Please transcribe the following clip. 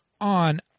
on